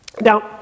Now